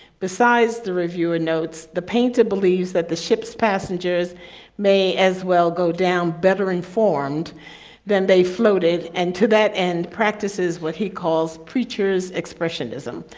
besides the reviewer notes, the painter believes that the ship's passengers may as well go down better informed than they floated and to that and practices what he calls preachers, expressionism.